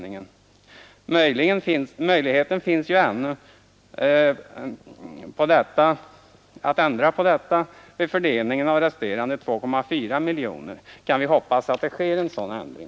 Vad jag vill hävda är att de organisationer Möjligheter finns ju ännu att ändra på detta vid fördelningen av resterande 2,4 miljoner. Kan vi hoppas på att det sker en sådan ändring?